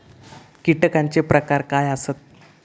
कीटकांचे प्रकार काय आसत?